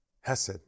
Hesed